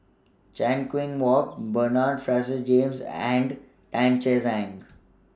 Chan Kum Wah Roy Bernard Francis James and Tan Che Sang